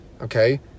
Okay